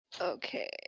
Okay